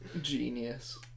Genius